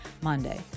Monday